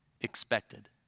expected